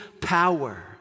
power